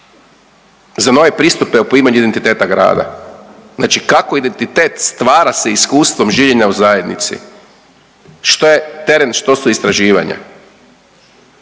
za nove pristupe o poimanju identiteta grada. Znači kako identitet stvara se iskustvom življenja u Zajednici, što je teren, što su istraživanja.